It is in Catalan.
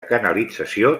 canalització